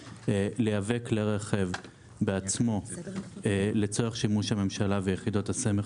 ובלבד שהרכב מיועד לשימוש במשרד ממשלתי או ביחידות סמך